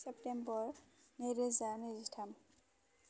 September नैरोजा नैजिथाम